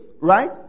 right